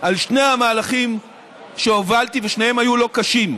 על שני המהלכים שהובלתי, ושניהם היו לא קשים,